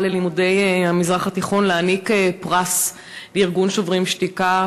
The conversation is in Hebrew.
ללימודי המזרח התיכון להעניק פרס לארגון "שוברים שתיקה",